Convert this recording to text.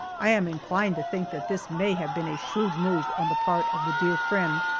i am inclined to think that this may have been a shrewd move on the part of the dear friend,